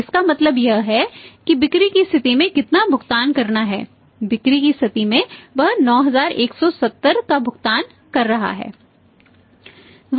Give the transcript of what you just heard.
तो इसका मतलब यह है कि बिक्री की स्थिति में कितना भुगतान करना है बिक्री की स्थिति में वह 9170 का भुगतान कर रहा है